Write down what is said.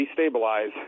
destabilize